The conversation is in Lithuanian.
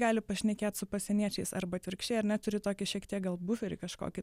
gali pašnekėt su pasieniečiais arba atvirkščiai ar ne turi tokį šiek tiek gal buferį kažkokį